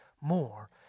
more